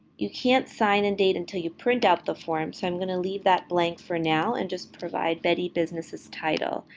you can't sign and date until you print out the form, so i'm going to leave that blank for now and just provide betty business's title.